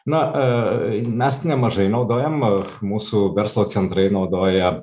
na a mes nemažai naudojam mūsų verslo centrai naudoja